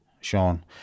Sean